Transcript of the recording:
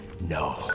No